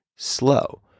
Slow